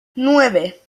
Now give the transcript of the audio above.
nueve